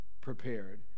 prepared